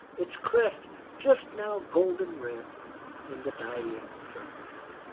its crest just now golden red in the dying sunset.